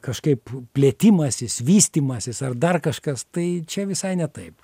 kažkaip plėtimasis vystymasis ar dar kažkas tai čia visai ne taip